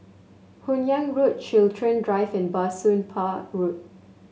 Hun Yeang Road Chiltern Drive and Bah Soon Pah Road